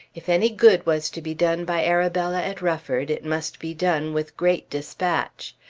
if any good was to be done by arabella at rufford it must be done with great despatch.